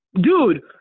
Dude